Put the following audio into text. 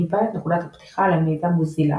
היווה את נקודת הפתיחה למיזם מוזילה